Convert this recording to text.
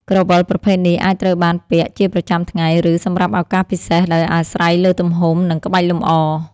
ក្រវិលប្រភេទនេះអាចត្រូវបានពាក់ជាប្រចាំថ្ងៃ ឬសម្រាប់ឱកាសពិសេស ដោយអាស្រ័យលើទំហំ និងក្បាច់លម្អ។